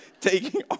taking